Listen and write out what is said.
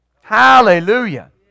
Hallelujah